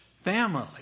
family